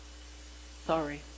Sorry